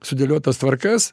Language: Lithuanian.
sudėliotas tvarkas